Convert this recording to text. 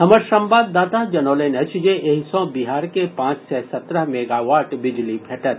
हमर संवाददाता जनौलनि अछि जे एहि सॅ बिहार के पांच सय सत्रह मेगावाट बिजली भेटत